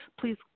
please